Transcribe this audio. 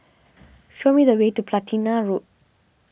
show me the way to Platina Road